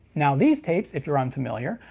now, these tapes, if you're unfamiliar,